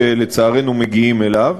שלצערנו מגיעים אליו,